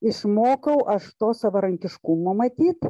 išmokau aš to savarankiškumo matyt